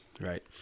right